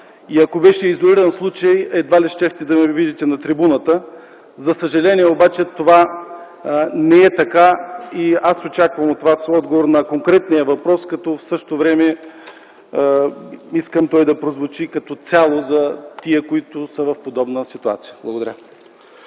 и ако беше изолиран случай, едва ли щяхте да ме видите на трибуната. За съжаление обаче това не е така и аз очаквам от Вас отговор на конкретния въпрос, като в същото време искам той да прозвучи като цяло за тези, които са в подобна ситуация. Благодаря.